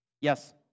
Yes